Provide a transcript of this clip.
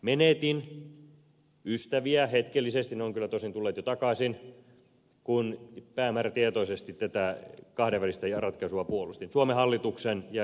menetin ystäviä hetkellisesti ne ovat kyllä tosin tulleet jo takaisin kun päämäärätietoisesti tätä kahdenvälistä ratkaisua puolustin suomen hallituksen ja eduskunnan tuella